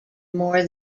more